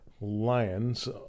Lions